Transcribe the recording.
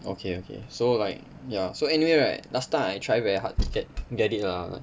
okay okay so like ya so anyway right last time I try very hard to get get it lah